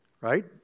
right